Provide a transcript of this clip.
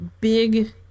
big